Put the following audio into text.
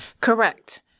Correct